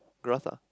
grass ah